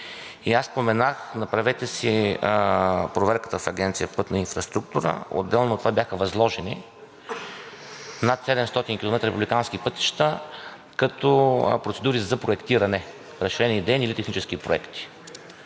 и аз споменах – направете си проверката в Агенция „Пътна инфраструктура“. Отделно от това бяха възложени над 700 км републикански пътища, като процедури за проектиране, разширени, идейни или технически проекти.